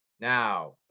Now